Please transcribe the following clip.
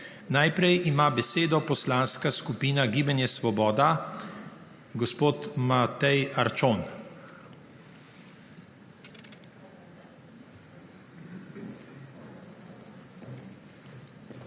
Najprej ima besedo poslanska skupina Gibanja Svoboda, gospod Matej Arčon.